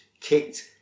kicked